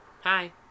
Hi